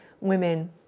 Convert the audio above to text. women